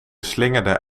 slingerde